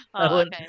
okay